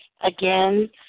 Again